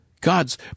God's